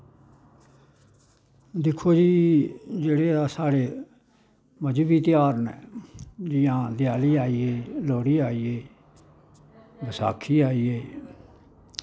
दिक्खो जी जेह्ड़े साढ़े मजह्बी तेहार न जि'यां लोह्ड़ी आई गेई देआली आई गेई बसाखी आई गेई